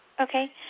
Okay